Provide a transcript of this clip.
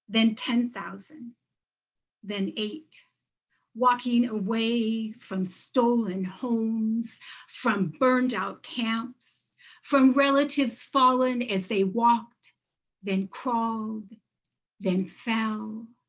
then ten thousand then eight walking away from stolen homes from burned out camps from relatives fallen as they walked then crawled then fell.